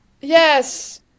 yes